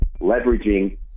leveraging